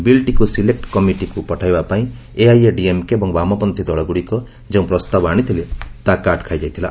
ବିଲ୍ଟିକୃ ସିଲେକୁ କମିଟିକୁ ପଠାଇବାପାଇଁ ଏଆଇଏଡିଏମ୍କେ ଏବଂ ବାମପନ୍ଥୀ ଦଳଗ୍ରଡ଼ିକ ଯେଉଁ ପ୍ରସ୍ତାବ ଆଣିଥିଲେ ତାହା କାଟ୍ ଖାଇଯାଇଥିଲା